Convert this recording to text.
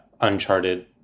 uncharted